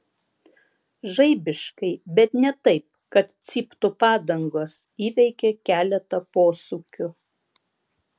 žaibiškai bet ne taip kad cyptų padangos įveikė keletą posūkių